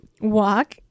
Walk